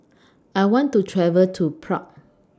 I want to travel to Prague